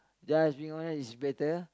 just be honest is better